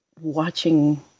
watching